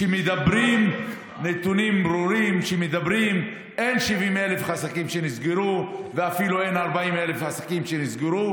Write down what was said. שמדברים: אין 70,000 עסקים שנסגרו ואפילו אין 40,000 עסקים שנסגרו,